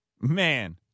Man